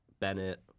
Bennett